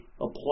apply